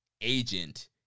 agent